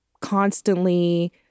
constantly